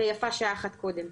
ויפה שעה אחת קודם.